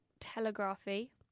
telegraphy